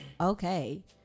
okay